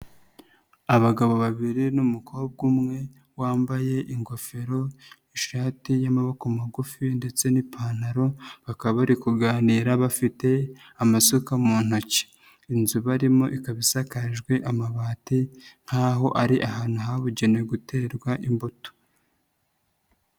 Abagabo babiri n'umukobwa umwe wambaye ingofero, ishati y'amaboko magufi ndetse n'ipantaro bakaba bari kuganira bafite amasuka mu ntoki, inzu barimo ikaba isakajwe amabati nkaho ari ahantu habugenewe guterwa imbuto.